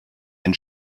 ein